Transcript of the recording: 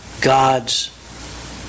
God's